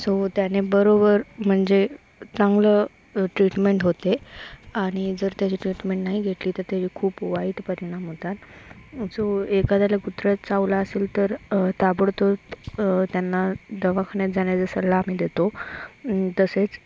so त्याने बरोबर म्हणजे चांगलं ट्रीटमेंट होते आणि जर त्याची ट्रीटमेंट नाही घेतली तर त्याची खूप वाईट परिणाम होतात सो एखाद्याला कुत्र्यात चावला असेल तर ताबडतोब त्यांना दवाखान्यात जाण्याचा सल्ला आपण देतो तसेच